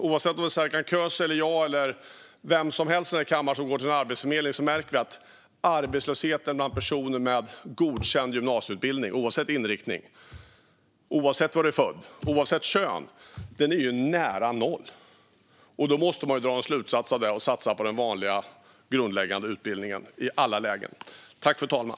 Om Serkan Köse, jag eller vem som helst i denna kammare går till en arbetsförmedling märker vi att arbetslösheten bland personer med godkänd gymnasieutbildning är nära noll. Det gäller oavsett inriktning på utbildningen, oavsett var personerna är födda och oavsett kön. Då måste man dra någon slutsats av det och i alla lägen satsa på den vanliga grundläggande utbildningen.